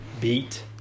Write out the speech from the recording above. beat